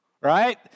Right